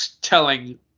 Telling